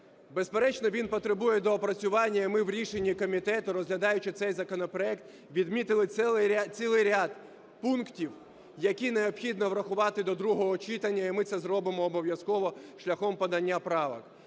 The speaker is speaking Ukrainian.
Безперечно, він потребує доопрацювання і ми в рішенні комітету, розглядаючи цей законопроект, відмітили цілий ряд пунктів, які необхідно врахувати до другого читання, і ми це зробимо обов'язково, шляхом подання правок.